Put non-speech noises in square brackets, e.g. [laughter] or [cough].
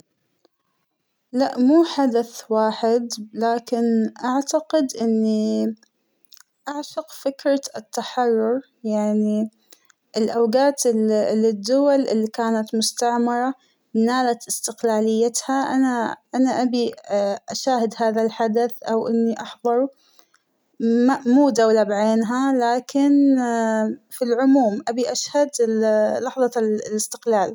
لا مو حدث واحد لكن أعتقد إنى اعشق فكرة التحرر ، يعنى الأوقات اللى الدول اللى كانت مستعمرة نالت أستقلاليتها ، أناأنا أبى أشاهد هذا الحدث أو إنى أحضره مو دولة بعينها لكن [hesitation] فالعموم أبى أشهد ال [hesitation] لحظة الإستقلال.